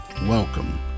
Welcome